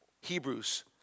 Hebrews